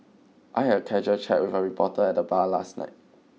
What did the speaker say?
I had a casual chat with a reporter at the bar last night